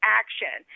action